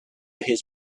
his